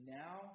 now